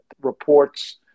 reports